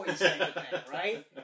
Right